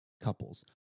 couples